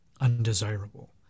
undesirable